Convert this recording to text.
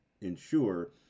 ensure